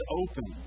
open